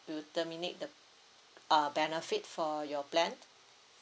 will terminate the uh benefit for your plan